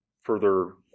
further